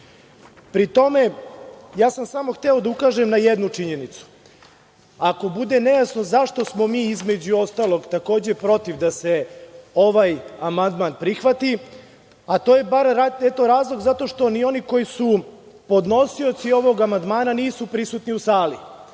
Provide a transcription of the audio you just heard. tome, ja sam samo hteo da ukažem na jednu činjenicu, ako bude nejasno zašto smo mi između ostalog takođe protiv da se ovaj amandman prihvati, to je bar razlog zato što ni oni koji su podnosioci ovog amandmana nisu prisutni u sali.